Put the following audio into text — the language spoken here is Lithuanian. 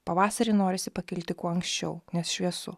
pavasarį norisi pakilti kuo anksčiau nes šviesu